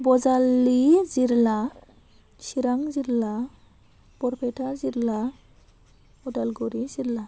बजालि जिल्ला चिरां जिल्ला बरपेटा जिल्ला उदालगुरि जिल्ला